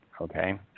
okay